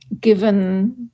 given